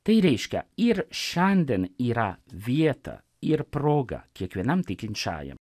tai reiškia ir šiandien yra vieta ir proga kiekvienam tikinčiajam